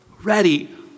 ready